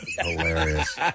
Hilarious